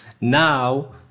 Now